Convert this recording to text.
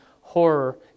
horror